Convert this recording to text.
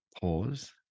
pause